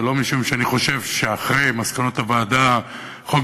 ולא משום שאני חושב שאחרי מסקנות הוועדה חוק